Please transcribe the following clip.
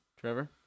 Trevor